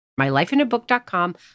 MyLifeInABook.com